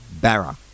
Barra